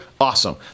Awesome